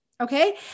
Okay